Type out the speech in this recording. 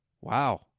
wow